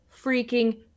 freaking